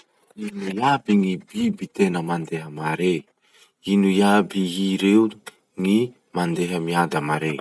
Ino iaby gny biby tena mandeha mare? Ino iaby ii reo gny mandeha miada mare?